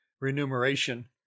remuneration